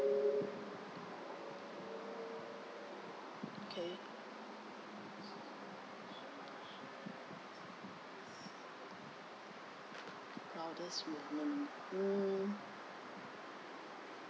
okay proudest moment mm